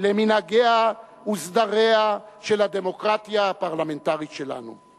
למנהגיה ולסדריה של הדמוקרטיה הפרלמנטרית שלנו.